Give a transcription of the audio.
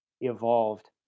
evolved